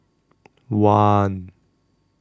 one